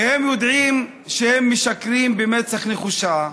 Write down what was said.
כי הם יודעים שהם משקרים במצח נחושה.